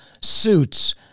suits